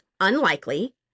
unlikely